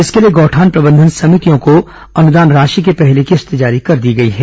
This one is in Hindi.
इसके लिए गौठान प्रबंधन समितियों को अनुदान राशि की पहली किश्त जारी कर दी गई है